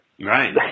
Right